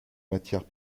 matières